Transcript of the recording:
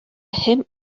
hymn